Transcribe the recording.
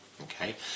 Okay